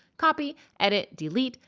copy, edit delete,